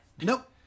Nope